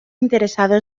interesado